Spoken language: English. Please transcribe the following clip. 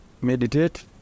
Meditate